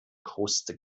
kruste